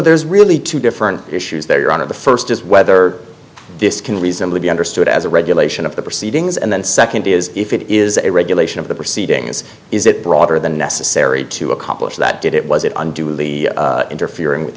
there's really two different issues there you're on of the first is whether this can reasonably be understood as a regulation of the proceedings and then second is if it is a regulation of the proceedings is it broader than necessary to accomplish that did it was it unduly interfere with